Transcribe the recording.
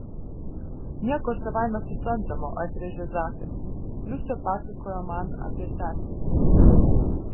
nieko savaime suprantamo atrėžė zakas liusė pasakojo man apie seserį